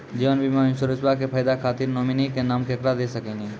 जीवन बीमा इंश्योरेंसबा के फायदा खातिर नोमिनी के नाम केकरा दे सकिनी?